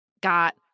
got